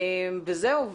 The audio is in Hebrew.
וזהו,